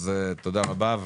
תודה רבה.